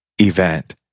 event